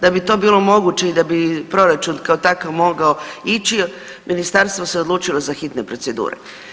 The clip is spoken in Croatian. Da bi to bilo moguće i da bi proračun kao takav mogao ići, Ministarstvo se odlučilo za hitne procedure.